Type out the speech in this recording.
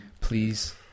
Please